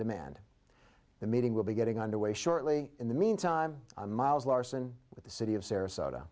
demand the meeting will be getting underway shortly in the mean time miles larson with the city of sarasota